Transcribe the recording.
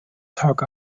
talk